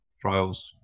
trials